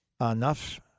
enough